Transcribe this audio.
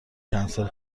کنسل